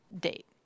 date